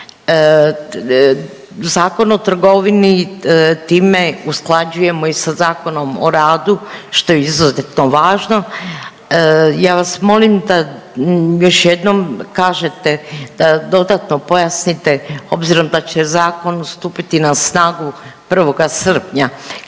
Zakon o trgovini time usklađujemo i sa Zakonom o radu što je izuzetno važno. Ja vas molim da još jednom kažete, dodatno pojasnite obzirom da će zakon stupiti na snagu 1. srpnja